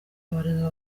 habarizwa